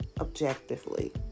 objectively